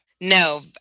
No